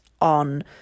on